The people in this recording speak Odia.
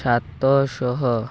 ସାତ ଶହ